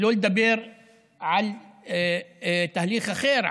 שלא לדבר על תהליך אחר,